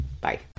Bye